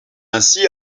ainsi